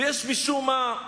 יש משום מה,